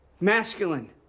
masculine